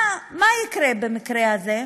מה יקרה במקרה הזה?